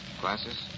Glasses